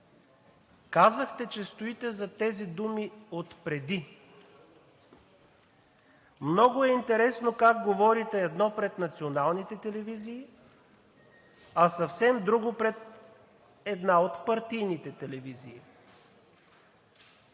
Казахте, че стоите зад тези думи отпреди. Много е интересно как говорите едно пред националните телевизии, а съвсем друго пред една от партийните телевизии.